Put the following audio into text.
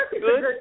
good